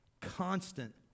constant